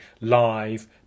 live